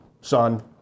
Son